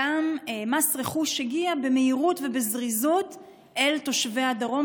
גם מס רכוש הגיע במהירות ובזריזות אל תושבי הדרום,